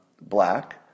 Black